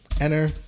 enter